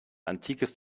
antikes